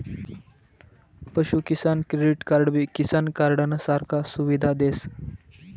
पशु किसान क्रेडिट कार्डबी किसान कार्डनं सारखा सुविधा देस